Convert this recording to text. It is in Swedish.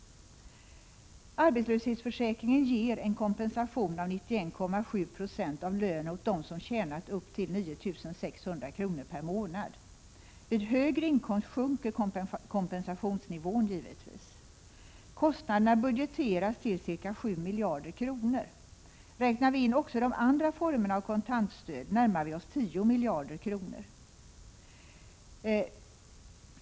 Arbetslöshetsförsäkringen ger en kompensation av 91,7 70 av lönen åt dem som tjänat upp till 9 600 kr. per månad. Vid högre inkomst sjunker kompensationsnivån givetvis. Kostnaderna budgeteras till ca 7 miljarder kronor. Räknar vi in också de andra formerna av kontantstöd närmar vi oss 10 miljarder kronor.